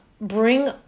bring